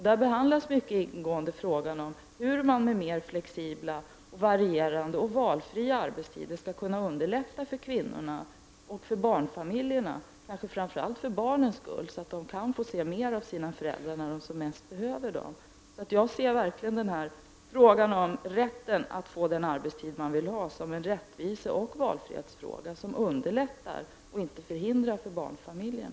Där behandlas mycket ingående frågan om hur man med mera flexibla, varierande och valfria arbetstider skulle kunna underlätta för kvinnor, för barnfamiljer och framför allt för barnen så att de skulle kunna se mera av sina föräldrar när de som mest behöver dem. Jag betraktar verkligen frågan om rätten att få den arbetstid man vill ha som en rättviseoch valfrihetsfråga som underlättar, och inte är hindrade, för barnfamiljerna.